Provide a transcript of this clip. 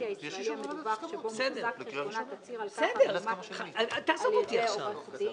הישראלי המדווח שבו מוחזק חשבונה תצהיר על כך המאומת על ידי עורך דין".